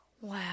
Wow